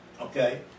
Okay